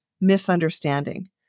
misunderstanding